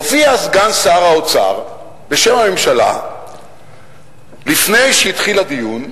הופיע סגן שר האוצר בשם הממשלה לפני שהתחיל הדיון,